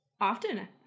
Often